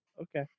Okay